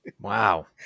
wow